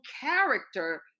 character